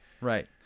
Right